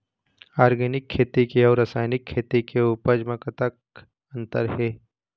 Organic खेती के अउ रासायनिक खेती के उपज म कतक अंतर हे?